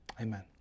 amen